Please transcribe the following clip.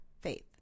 faith